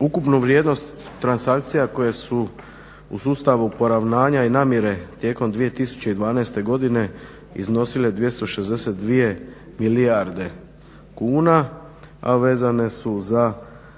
ukupnu vrijednost transakcija koje su u sustavu poravnanja i namjere tijekom 2012. godine iznosile 262 milijarde kuna, a vezane su za